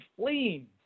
fleeing